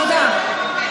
תודה.